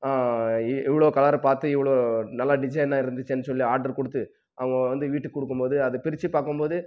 இவ்வளோ கலர் பார்த்து இவ்வளோ நல்லா டிசைனாக இருந்துச்சேன்னு சொல்லி ஆர்டர் கொடுத்து அவங்க வந்து வீட்டுக்கு கொடுக்கும் போது அதை பிரித்து பார்க்கும் போது